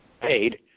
paid